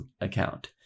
account